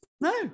No